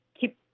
keep